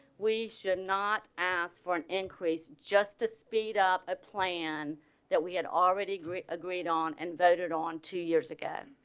we should not ask for an increase just to speed up a plan that we had already been agreed on and voted on two years ago.